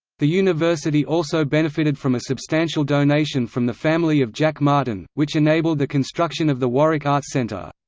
the university also benefited from a substantial donation from the family of jack martin, which enabled the construction of the warwick arts centre.